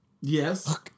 Yes